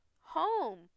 home